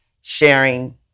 sharing